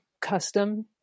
custom